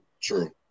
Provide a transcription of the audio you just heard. True